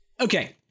Okay